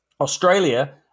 Australia